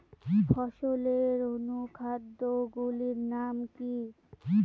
ফসলের অনুখাদ্য গুলির নাম কি?